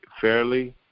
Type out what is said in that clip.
fairly